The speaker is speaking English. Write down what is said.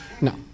No